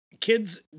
Kids